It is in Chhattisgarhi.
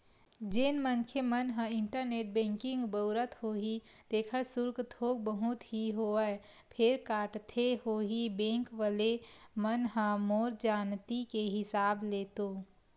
जेन मनखे मन ह इंटरनेट बेंकिग बउरत होही तेखर सुल्क थोक बहुत ही होवय फेर काटथे होही बेंक वले मन ह मोर जानती के हिसाब ले तो